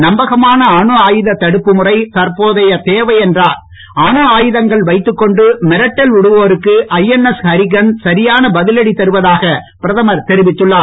நம்பகமான அணு ஆயுதத் தடுப்பு முறை தற்போதைய தேவை என்றார் அவர் அணு ஆயுதங்கள் வைத்துக் கொண்டு மிரட்டல் விடுவோருக்கு ஐஎன்எஸ் ஹரிகந்த் சரியான பதிலடி தருவதாக பிரதமர் தெரிவித்துள்ளார்